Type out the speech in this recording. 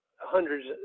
hundreds